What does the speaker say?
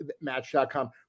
Match.com